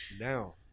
Now